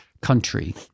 Country